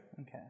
okay